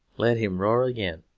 let him roar again.